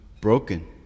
broken